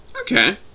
Okay